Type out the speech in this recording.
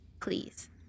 please